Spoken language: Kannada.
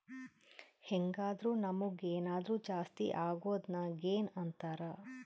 ಹೆಂಗಾದ್ರು ನಮುಗ್ ಏನಾದರು ಜಾಸ್ತಿ ಅಗೊದ್ನ ಗೇನ್ ಅಂತಾರ